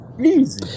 Easy